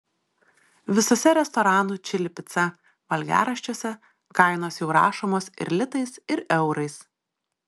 visuose restoranų čili pica valgiaraščiuose kainos jau rašomos ir litais ir eurais